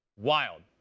Wild